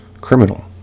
criminal